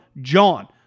JOHN